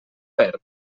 perd